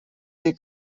dir